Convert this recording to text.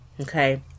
okay